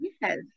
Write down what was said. Yes